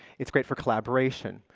it's great for collaboration.